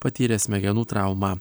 patyrė smegenų traumą